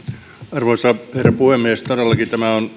arvoisa herra puhemies todellakin